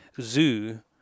zoo